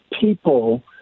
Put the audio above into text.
people